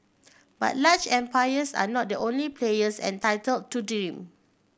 but large empires are not the only players entitled to dream